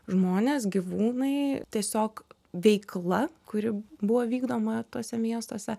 žmonės gyvūnai tiesiog veikla kuri buvo vykdoma tuose miestuose